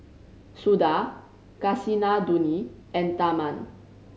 Suda Kasinadhuni and Tharman